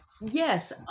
Yes